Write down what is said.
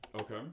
Okay